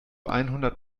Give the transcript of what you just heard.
einhundert